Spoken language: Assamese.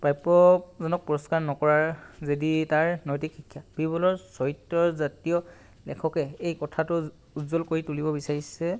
প্ৰাপ্যজনক পুৰস্কাৰ নকৰাৰ যদি তাৰ নৈতিক শিক্ষা বীৰবলৰ চৰিত্ৰজাতীয় লেখকে এই কথাটো উজ্জ্বল কৰি তুলিব বিচাৰিছে